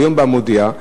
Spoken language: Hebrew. והיום ב"המודיע",